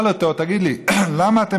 הוא שאל אותו: תגיד לי,